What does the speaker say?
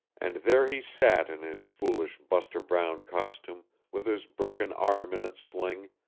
and there he sat in his foolish buster brown costume, with his broken arm in its sling,